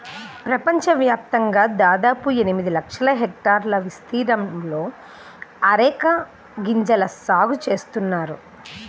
ప్రపంచవ్యాప్తంగా దాదాపు ఎనిమిది లక్షల హెక్టార్ల విస్తీర్ణంలో అరెక గింజల సాగు చేస్తున్నారు